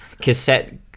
cassette